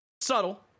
subtle